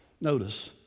Notice